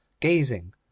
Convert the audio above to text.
gazing